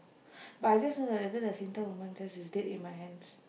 but I just want to later the Singtel woman is she's dead in my hands